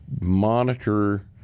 monitor